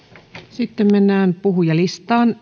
sitten mennään puhujalistaan